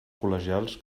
col·legials